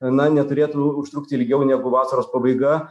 na neturėtų užtrukti ilgiau negu vasaros pabaiga